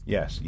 Yes